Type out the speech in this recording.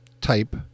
type